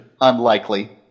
unlikely